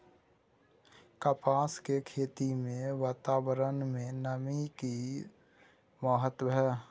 कपास के खेती मे वातावरण में नमी के की महत्व छै?